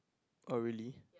oh really